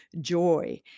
joy